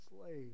slave